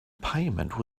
payment